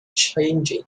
changing